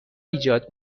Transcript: ایجاد